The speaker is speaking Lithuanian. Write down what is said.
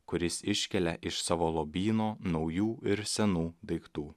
kuris iškelia iš savo lobyno naujų ir senų daiktų